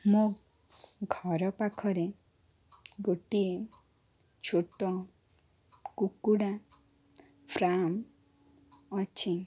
ମୋ ଘର ପାଖରେ ଗୋଟିଏ ଛୋଟ କୁକୁଡ଼ା ଫାର୍ମ ଅଛି